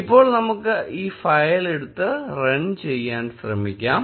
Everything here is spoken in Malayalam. ഇപ്പോൾ നമുക്ക് ഈ ഫയൽ എടുത്ത് റൺ ചെയ്യാൻ ശ്രമിക്കാം